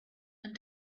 and